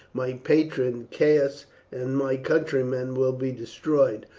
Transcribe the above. my patron caius and my countrymen will be destroyed,